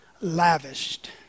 lavished